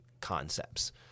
concepts